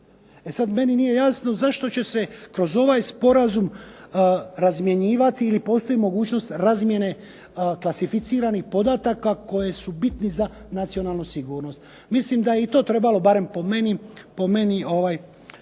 E sad, meni nije jasno zašto će se kroz ovaj sporazum razmjenjivati ili postoji mogućnost razmijene klasificiranih podataka koji su bitni za nacionalnu sigurnost. Mislim da je i to trebalo barem po meni to malo bolje